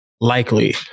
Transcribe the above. likely